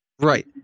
Right